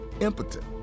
impotent